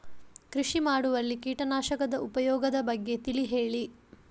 ಕೃಷಿ ಮಾಡುವಲ್ಲಿ ಕೀಟನಾಶಕದ ಉಪಯೋಗದ ಬಗ್ಗೆ ತಿಳಿ ಹೇಳಿ